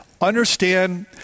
Understand